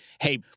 hey